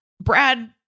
Brad